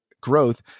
growth